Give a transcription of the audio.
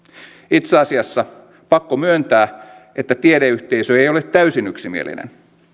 itse asiassa pakko myöntää että tiedeyhteisö ei ei ole täysin yksimielinen